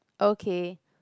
okay